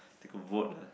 take a vote ah